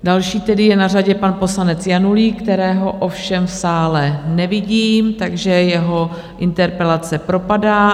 Další tedy je na řadě pan poslanec Janulík, kterého ovšem v sále nevidím, takže jeho interpelace propadá.